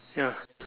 ya